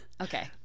okay